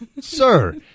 Sir